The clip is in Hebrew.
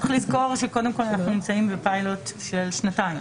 צריך לזכור שקודם כול אנחנו נמצאים בפיילוט של שנתיים.